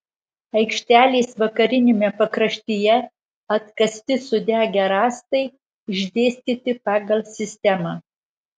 aikštelės vakariniame pakraštyje atkasti sudegę rąstai išdėstyti pagal sistemą